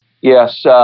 Yes